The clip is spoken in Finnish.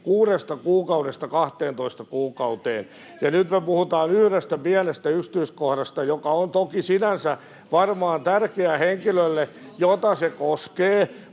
kuudesta kuukaudesta 12 kuukauteen, ja nyt me puhutaan yhdestä pienestä yksityiskohdasta, joka on toki sinänsä varmaan tärkeä henkilölle, jota se koskee.